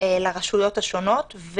לרשויות השונות.